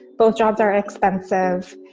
both jobs are expensive,